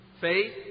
Faith